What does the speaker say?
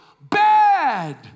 bad